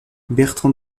bertran